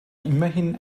immerhin